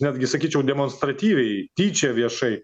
netgi sakyčiau demonstratyviai tyčia viešai